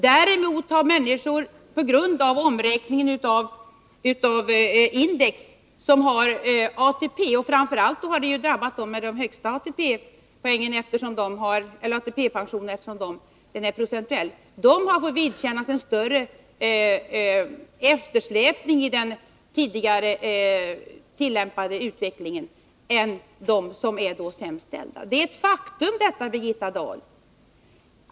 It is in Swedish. Däremot har människor med ATP och framför allt de som har den högsta ATP-pensionen på grund av omräkningen fått vidkännas en långsammare inkomstökning än enligt tidigare utveckling. Detta är ett faktum, Birgitta Dahl.